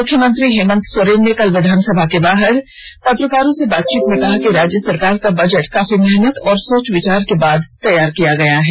मुख्यमंत्री हेमन्त सोरेन ने कल विधानसभा के बाहर मीडिया से बातचीत में कहा कि राज्य सरकार का बजट काफी मेहनत और सोचविचार के बाद तैयार किया गया है